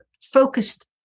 focused